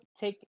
take –